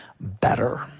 better